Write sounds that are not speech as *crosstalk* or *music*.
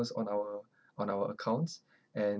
first on our *breath* on our accounts *breath* and